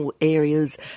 areas